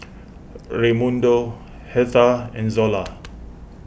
Raymundo Hertha and Zola